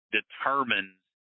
determines